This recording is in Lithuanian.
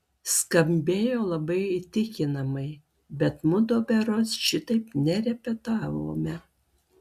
skambėjo labai įtikimai bet mudu berods šitaip nerepetavome